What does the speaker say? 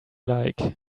like